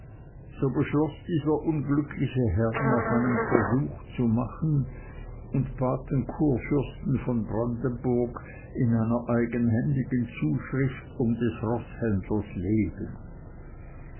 so beschloß dieser unglückliche herr noch einen versuch zu machen und bat den kurfürsten von brandenburg in einer eigenhändigen zuschrift um des roßhändlers leben